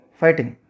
fighting